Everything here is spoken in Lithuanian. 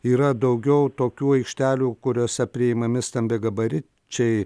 yra daugiau tokių aikštelių kuriose priimami stambiagabaričiai